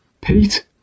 Pete